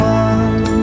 one